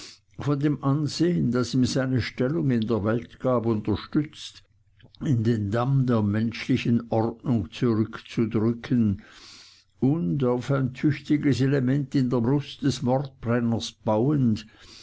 von dem ansehn das ihm seine stellung in der welt gab unterstützt in den damm der menschlichen ordnung zurückzudrücken und auf ein tüchtiges element in der brust des mordbrenners bauend